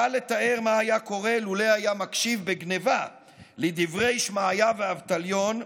קל לתאר מה היה קורה לולא היה מקשיב בגנבה לדברי שמעיה ואבטליון,